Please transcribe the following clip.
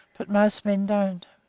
but most men don't.